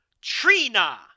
Trina